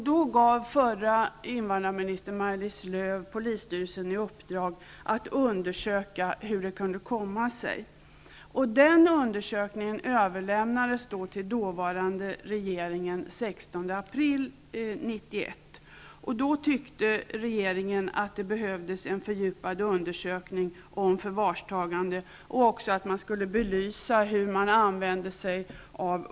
Då gav förra invandrarministern, Maj-Lis Lööw, rikspolisstyrelsen i uppdrag att undersöka hur det kunde komma sig. Den undersökningen överlämnades till den dåvarande regeringen den 16 april 1991. Då tyckte regeringen att det behövdes en fördjupad undersökning om förvarstagande och att man även skulle belysa hur uppsiktsförfarandet användes.